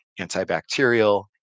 antibacterial